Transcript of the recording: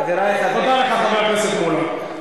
אדוני, תודה לך, חבר הכנסת מולה.